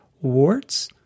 warts